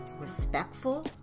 respectful